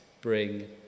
bring